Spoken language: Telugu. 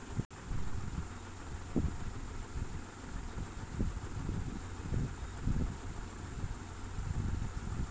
ఫోన్ పే లో కరెంట్ బిల్ కట్టడం ఎట్లా?